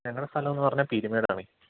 ഞങ്ങളുടെ സ്ഥലമെന്ന് പറഞ്ഞാൽ പീരുമേടാണ്